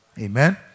Amen